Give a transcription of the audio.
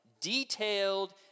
detailed